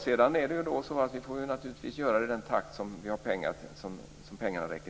Vi får naturligtvis göra det i den takt som pengarna medger.